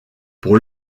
pour